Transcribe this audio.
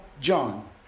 John